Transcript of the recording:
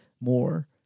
more